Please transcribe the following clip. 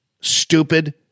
stupid